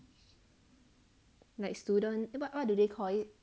like student but what do they call it